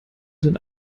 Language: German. den